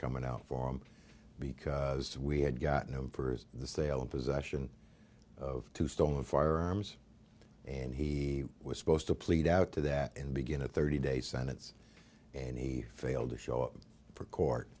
coming out for him because we had gotten him for the sale and possession of stolen firearms and he was supposed to plead out to that and begin a thirty day sentence and he failed to show up for court